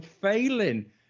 failing